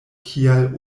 kial